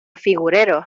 figureros